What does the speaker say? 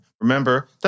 Remember